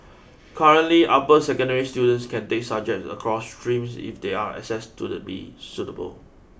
currently upper secondary students can take subjects across streams if they are assessed to the be suitable